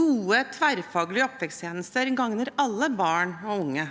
Gode tverrfaglige oppveksttjenester gagner alle barn og unge,